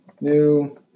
new